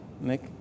Nick